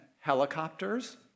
helicopters